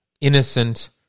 innocent